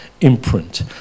imprint